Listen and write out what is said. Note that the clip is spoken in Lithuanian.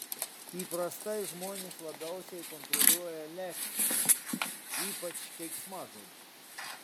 įprastai žmonės labiausiai kontroliuoja leksiką ypač keiksmažodžius